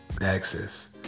access